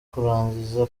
kurangiza